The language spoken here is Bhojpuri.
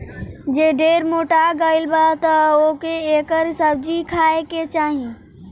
जे ढेर मोटा गइल बा तअ ओके एकर सब्जी खाए के चाही